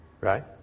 Right